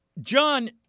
John